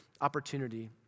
opportunity